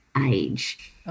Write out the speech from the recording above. age